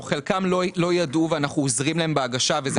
חלקם לא ידעו ואנחנו עוזרים להם בהגשה וזה